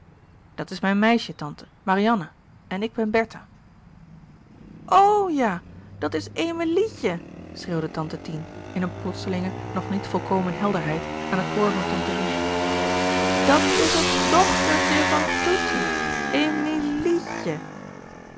dat is mijn meisje tante marianne en ik ben bertha o ja dat is emilietje schreeuwde tante tien in een plotselinge nog niet volkomen helderheid aan het oor van tante rien dat is het dochtertje van toetie